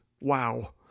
Wow